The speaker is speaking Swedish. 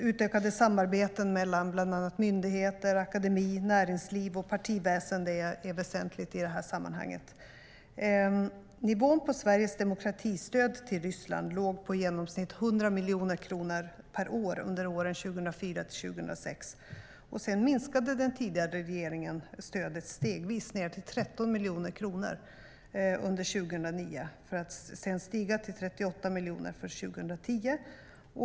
Utökade samarbeten mellan bland annat myndigheter, akademi, näringsliv och partiväsen är väsentliga i det sammanhanget. Nivån på Sveriges demokratistöd till Ryssland låg på i genomsnitt 100 miljoner kronor per år under åren 2004 till 2006. Sedan minskade den tidigare regeringen stödet stegvis ned till 13 miljoner kronor under 2009. Sedan steg det till 38 miljoner för 2010.